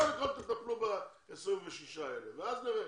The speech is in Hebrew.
קודם כל תטפלו ב-26 העובדים האלה, ואז נראה.